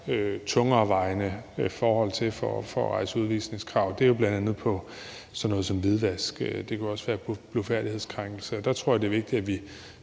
tungerevejende forhold til for at kræve udvisning. Det er bl.a. sådan noget som hvidvask, og det kan også være blufærdighedskrænkelse. Der tror jeg, det er vigtigt, at vi